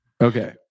Okay